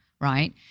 right